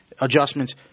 adjustments